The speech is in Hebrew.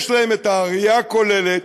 יש להם את הראייה הכוללת,